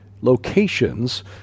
locations